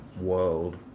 world